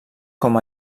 com